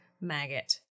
maggot